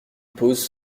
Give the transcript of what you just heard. pause